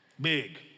big